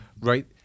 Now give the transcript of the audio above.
Right